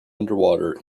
underwater